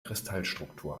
kristallstruktur